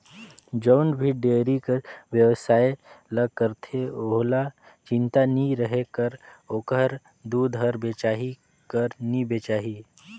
जउन भी डेयरी कर बेवसाय ल करथे ओहला चिंता नी रहें कर ओखर दूद हर बेचाही कर नी बेचाही